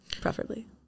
preferably